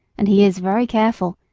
and he is very careful,